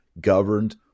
governed